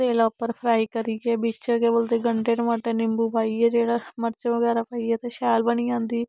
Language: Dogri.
तेला उप्पर फ्राई करियै बिच्च केह् बोलदे गंढे टमाटर नीम्बू पाइयै जेह्ड़ा मर्च बगैरा पाइयै ते शैल बनी जंदी